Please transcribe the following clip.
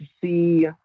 see